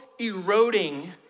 eroding